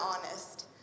honest